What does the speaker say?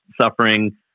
suffering